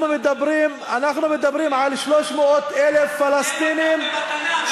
אנחנו מדברים על 300,000 פלסטינים, תן אותם במתנה.